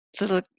little